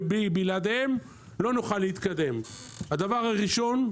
ובלעדיהם לא נוכל להתקדם: הדבר הראשון,